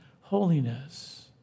holiness